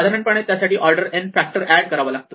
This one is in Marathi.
साधारणपणे त्यासाठी ऑर्डर n फॅक्टर ऍड करावा लागेल